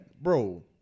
bro